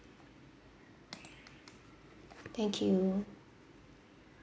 thank you